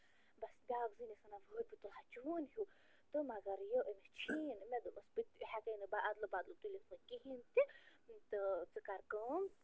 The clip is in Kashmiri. بَس بیٛاکھ زٔنۍ ٲ س وَنان ؤہے بہٕ تُلہٕ ہا چون ہیٛوٗ تہٕ مَگر یہِ أمِس چھِیی نہٕ مےٚ دوٚپمَس بہٕ تہِ ہٮ۪کَے نہٕ بہٕ اَدلہٕ بَدلہٕ تُلِتھ وۄنۍ کِہیٖنۍ تہِ تہٕ ژٕ کَر کٲم